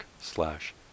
slash